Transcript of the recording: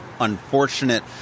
unfortunate